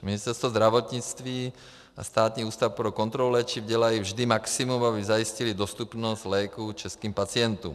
Ministerstvo zdravotnictví a Státní ústav pro kontrolu léčiv dělají vždy maximum, aby zajistily dostupnost léků českým pacientům.